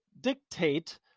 dictate